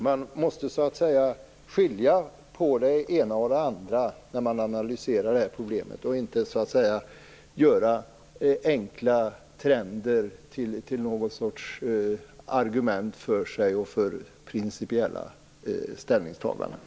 Man måste skilja på det ena och det andra när man analyserar det här problemet och inte göra enkla trender till något slags argument för principiella ställningstaganden.